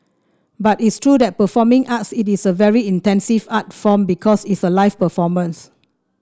but it's true that performing arts it is a very intensive art form because it's a live performance